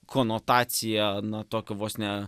konotaciją na tokio vos ne